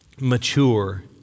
mature